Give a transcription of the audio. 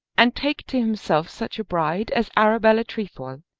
and take to himself such a bride as arabella trefoil,